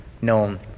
known